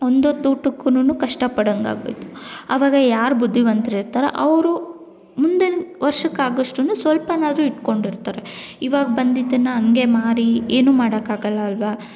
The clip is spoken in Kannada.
ಒಂದೊತ್ತು ಊಟಕ್ಕೂ ಕಷ್ಟ ಪಡೊಂಗೆ ಆಗೋಯ್ತು ಅವಾಗ ಯಾರು ಬುದ್ದಿವಂತ್ರು ಇರ್ತಾರೆ ಅವರು ಮುಂದಿನ ವರ್ಷಕ್ಕಾಗಷ್ಟು ಸ್ವಲ್ಪವಾದ್ರು ಇಟ್ಕೊಂಡು ಇರ್ತಾರೆ ಇವಾಗ ಬಂದಿದ್ದನ್ನು ಹಂಗೆ ಮಾರಿ ಏನೂ ಮಾಡೋಕ್ಕಾಗೊಲ್ಲ ಅಲ್ವ